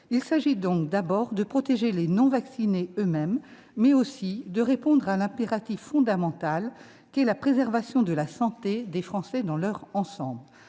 Il s'agit donc d'abord de protéger les non-vaccinés eux-mêmes, mais aussi de répondre à l'impératif fondamental qu'est la préservation de la santé des Français dans leur ensemble.